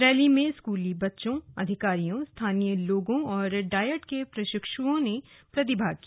rally में स्कूली बच्चों अधिकारियों स्थानीय लोगों और डायट के प्रशिक्षुओं ने प्रतिभाग किया